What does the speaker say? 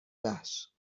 وحش